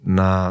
na